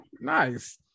nice